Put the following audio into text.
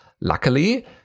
Luckily